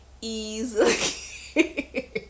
Easily